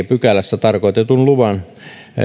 pykälässä tarkoitetun luvan